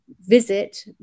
visit